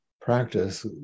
practice